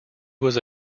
was